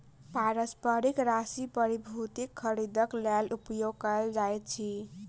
पारस्परिक राशि प्रतिभूतिक खरीदक लेल उपयोग कयल जाइत अछि